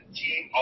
team